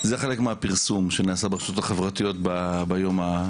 זה חלק מהפרסום שנעשה ברשתות החברתיות ביום-יום.